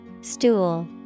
Stool